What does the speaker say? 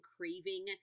craving